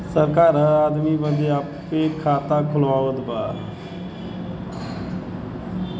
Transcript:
सरकार हर आदमी बदे आपे खाता खुलवावत बा